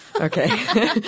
Okay